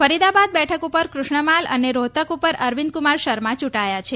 ફરીદાબાદ બેઠક પર ક્રષ્ણમાલ અને રોહતક પર અરવિંદકુમાર શર્મા ચૂંટાયા છે